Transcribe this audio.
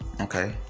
Okay